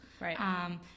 Right